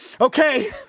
Okay